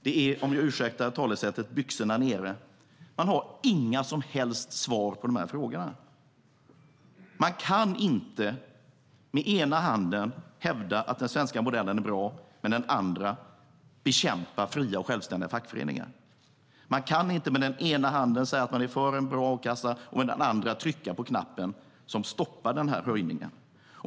Det är, om ni ursäktar talesättet, byxorna nere. Man har inga som helst svar på dessa frågor. Man kan inte å ena sidan hävda att den svenska modellen är bra och å andra sidan bekämpa fria och självständiga fackföreningar. Man kan inte å ena sidan säga att man är för en bra a-kassa och å andra sidan trycka på knappen som stoppar höjningen.